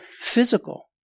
physical